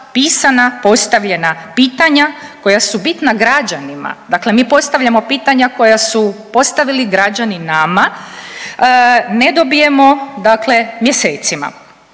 pisana postavljena pitanja koja su bitna građanima, dakle mi postavljamo pitanja koja su postavili građani nama, ne dobijemo dakle mjesecima,